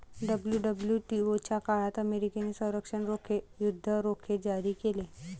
WWTO च्या काळात अमेरिकेने संरक्षण रोखे, युद्ध रोखे जारी केले